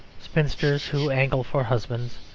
spinsters who angle for husbands,